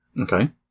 Okay